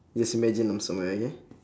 just imagine I'm somewhere okay